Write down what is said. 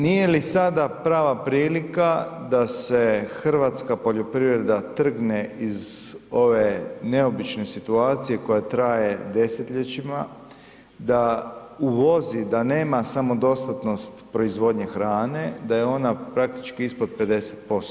Nije li sada prava prilika da se hrvatska poljoprivreda trgne iz ove neobične situacije koja traje desetljećima, da uvozi, da nema samodostatnost proizvodnje hrane, da je ona praktički ispod 50%